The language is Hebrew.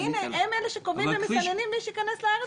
והינה, הם אלה שקובעים ומסננים מי יכנס לארץ בסוף.